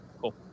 Cool